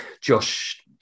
Josh